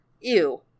ew